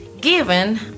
Given